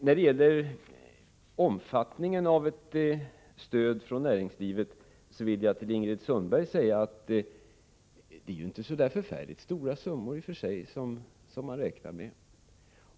När det gäller omfattningen av ett stöd från näringslivet vill jag säga till Ingrid Sundberg att det i och för sig inte är så förfärligt stora summor man räknar med.